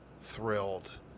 thrilled